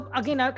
again